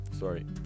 Sorry